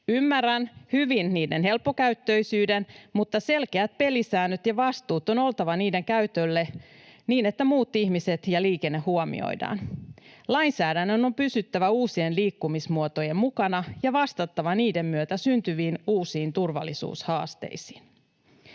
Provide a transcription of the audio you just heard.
Ymmärrän hyvin niiden helppokäyttöisyyden, mutta selkeät pelisäännöt ja vastuut on oltava niiden käytölle, niin että muut ihmiset ja liikenne huomioidaan. Lainsäädännön on pysyttävä uusien liikkumismuotojen mukana ja vastattava niiden myötä syntyviin uusiin turvallisuushaasteisiin.